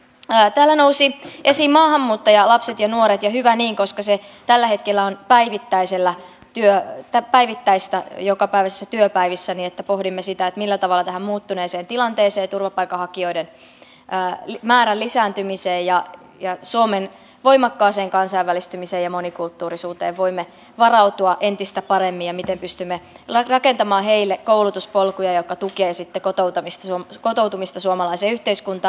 täällä nousivat esiin maahanmuuttajalapset ja nuoret ja hyvä niin koska se tällä hetkellä on päivittäistä jokapäiväisessä työssäni että pohdimme sitä millä tavalla tähän muuttuneeseen tilanteeseen turvapaikanhakijoiden määrän lisääntymiseen suomen voimakkaaseen kansainvälistymiseen ja monikulttuurisuuteen voimme varautua entistä paremmin ja miten pystymme rakentamaan heille koulutuspolkuja jotka tukevat sitten kotoutumista suomalaiseen yhteiskuntaan